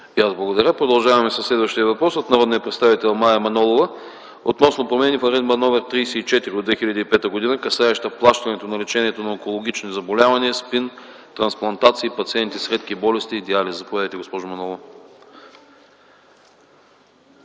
И аз благодаря. Продължаваме със следващия въпрос от народния представител Мая Манолова относно промени в Наредба № 34 от 2005 г., касаеща плащането на лечението на онкологични заболявания, СПИН, трансплантации, пациенти с редки болести и диализа. Заповядайте, госпожо Манолова.